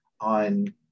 on